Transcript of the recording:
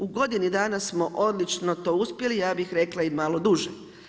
U godini dana smo odlično to uspjeli, ja bih rekla i malo duže.